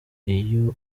iyo